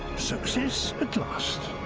success at last.